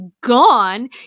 gone